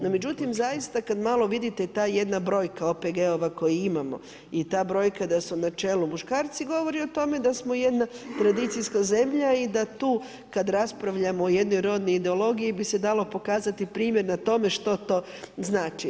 No, međutim, zaista kad malo vidite ta jedna brojka OPG-ova koji imamo i ta brojka da su u načelu muškarci govori o tome da smo jedna tradicijska zemlja i da tu kada raspravljamo o jednoj rodnoj ideologiji bi se dalo pokazati primjer na tome što to znači.